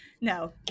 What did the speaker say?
No